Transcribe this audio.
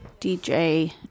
dj